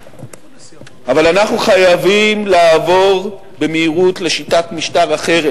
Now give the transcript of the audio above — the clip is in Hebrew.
אבל אנחנו חייבים לעבור במהירות לשיטת משטר אחרת,